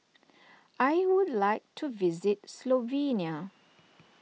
I would like to visit Slovenia